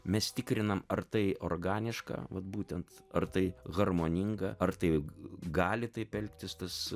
mes tikrinam ar tai organiška vat būtent ar tai harmoninga ar tai gali taip elgtis tas